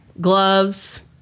gloves